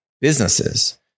businesses